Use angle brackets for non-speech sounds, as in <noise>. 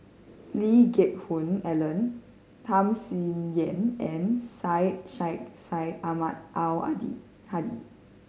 Lee Geck Hoon Ellen Tham Sien Yen and Syed Sheikh Syed Ahmad Al <unintelligible> Hadi